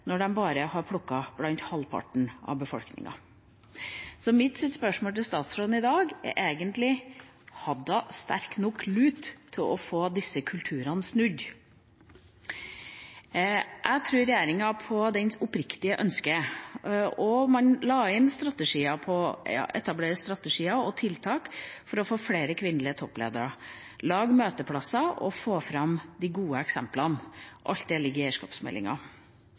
når de bare har plukket blant halvparten av befolkninga. Mitt spørsmål til statsråden i dag er egentlig: Hadde hun sterk nok lut til å få disse kulturene snudd? Jeg tror regjeringa på dens oppriktige ønske, og man la inn strategier og tiltak for å få flere kvinnelige toppledere, lage møteplasser og få fram de gode eksemplene. Alt det ligger i eierskapsmeldinga.